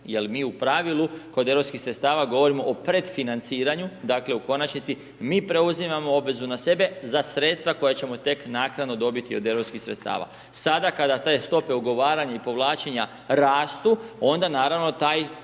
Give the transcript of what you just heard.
jel' mi u pravilu kod europskih sredstava govorimo o predfinanciranju, dakle u konačnici mi preuzimamo obvezu na sebe za sredstva, koja ćemo tek naknadno dobiti od europskih sredstava. Sada kada te stope ugovaranja i povlačenja rastu, onda naravno taj,